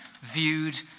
viewed